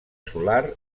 solar